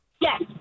Yes